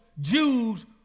Jews